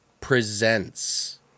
Presents